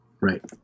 Right